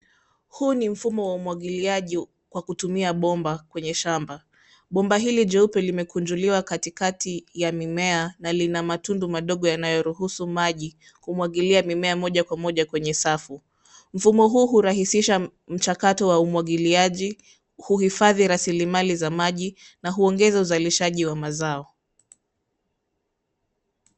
Huu ni mfumo wa umwagiliaji kwa kutumia bomba kwenye shamba. Bomba hili jeupe limekunjuliwa katikati ya mimea na lina matundu madogo yanayoruhusu maji kumwagilia mimea moja kwa moja kwenye safu. Mfumo huu hurahisisha mchakato wa umwagiliaji, huhifadhi rasilimali za maji, na huongeza uzalishaji wa mazao.